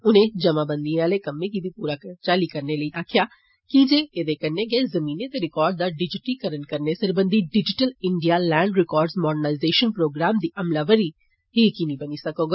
उनें जमाबंदिएं आले कम्मै गी बी पूरी चाल्ली करने लेई आक्खेआ की जे ऐदे कन्नै गै जमीनें दे रिकार्ड दा डिजिटिकरण करने सरबंधी digital India land record modernisation programme दी अमलावरी यकीनी बनौग